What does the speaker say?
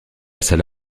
salle